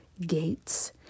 gates